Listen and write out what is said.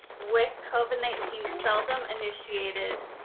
with covid nineteen seldom initiated